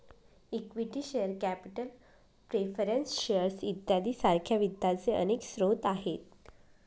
equity share capital preference shares इत्यादी सारख्या वित्ताचे अनेक स्रोत आहेत